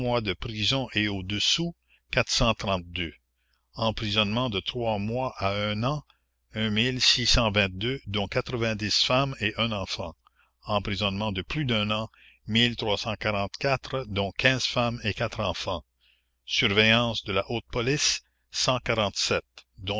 de prison et au-dessous emprisonnement de trois mois à un an dont femmes et un enfant emprisonnement de plus d'un an dont femmes et enfants surveillance de la haute police